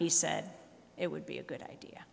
he said it would be a good idea